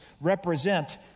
represent